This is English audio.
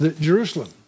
Jerusalem